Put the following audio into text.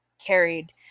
carried